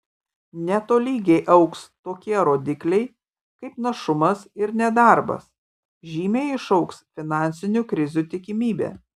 netolygiai augs tokie rodikliai kaip našumas ir nedarbas žymiai išaugs finansinių krizių tikimybė